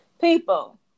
People